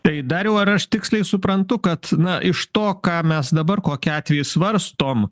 ri dariau ar aš tiksliai suprantu kad na iš to ką mes dabar kokį atvejį svarstom